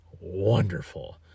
wonderful